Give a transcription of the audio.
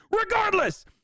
Regardless